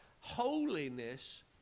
holiness